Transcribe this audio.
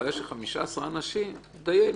בעיה של 15 אנשים דיינו.